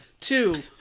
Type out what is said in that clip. Two